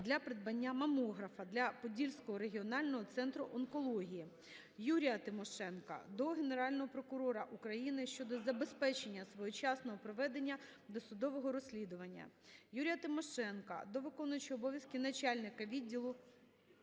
для придбання мамографа для Подільського регіонального центру онкології. Юрія Тимошенка до Генерального прокурора України щодо забезпечення своєчасного проведення досудового розслідування. Юрія Тимошенка до виконуючого обов'язки начальника відділу